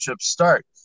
start